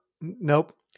Nope